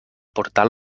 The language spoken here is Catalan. portal